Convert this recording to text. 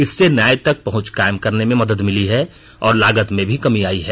इससे न्याय तक पहुंच कायम करने में मदद मिली है और लागत में भी कमी आई है